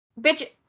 bitch